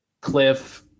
Cliff